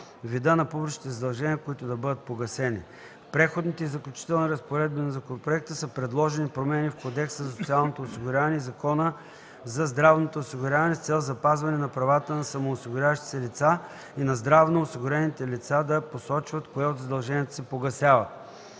на публичните задължения, които да бъдат погасени. В преходните и заключителни разпоредби на законопроекта са предложени промени в Кодекса за социално осигуряване и Закона за здравното осигуряване с цел запазване на правата на самоосигуряващите се лица и на здравно осигурените лица да посочват кое от задълженията си погасяват.